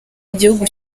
igihugu